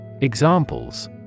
Examples